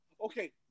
Okay